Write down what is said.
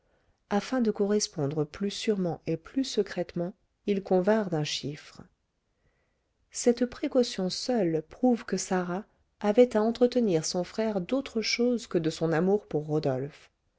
afin de correspondre plus sûrement et plus secrètement ils convinrent d'un chiffre cette précaution seule prouve que sarah avait à entretenir son frère d'autre chose que de son amour pour rodolphe